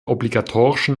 obligatorischen